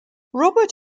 robert